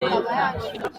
leta